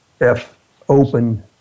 F-open